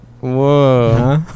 Whoa